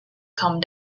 come